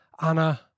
anna